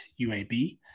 UAB